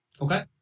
Okay